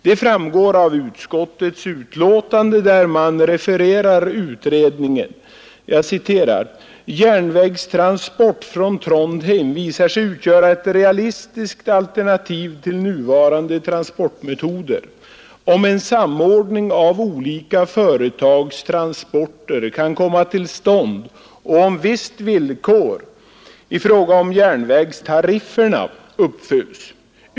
Det framgår av utskottets utlåtande där man refererar utredningen. I detta referat heter det bl.a. att järnvägstransport från Trondheim visar sig ”utgöra ett realistiskt alternativ till nuvarande transportmetoder, om en samordning av olika företags transporter kan komma till stånd och om visst villkor i fråga om järnvägstarifferna uppfylls.